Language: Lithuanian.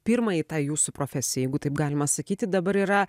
pirmai tai jūsų profesijai jeigu taip galima sakyti dabar yra